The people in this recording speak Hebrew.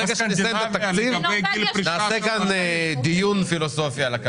שנסיים את התקציב נקיים כאן דיון פילוסופי על הכלכלה.